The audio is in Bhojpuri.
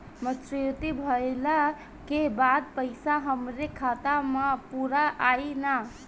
मच्योरिटी भईला के बाद पईसा हमरे खाता म पूरा आई न?